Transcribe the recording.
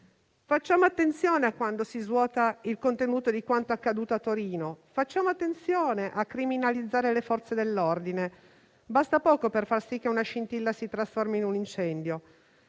Facciamo attenzione a quando si svuota il contenuto di quanto accaduto a Torino, facciamo attenzione a criminalizzare le Forze dell'ordine. Basta poco per far sì che una scintilla si trasformi in un incendio.